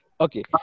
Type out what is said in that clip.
Okay